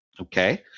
okay